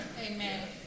Amen